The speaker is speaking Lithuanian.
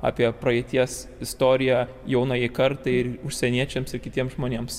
apie praeities istoriją jaunajai kartai ir užsieniečiams ir kitiems žmonėms